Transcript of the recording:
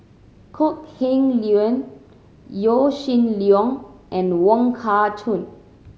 Kok Heng Leun Yaw Shin Leong and Wong Kah Chun